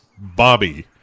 Bobby